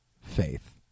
faith